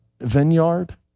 vineyard